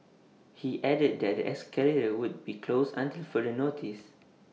he added that escalator would be closed until further notice